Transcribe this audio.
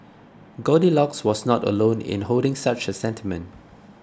goldilocks was not alone in holding such a sentiment